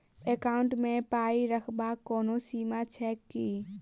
Account मे पाई रखबाक कोनो सीमा छैक की?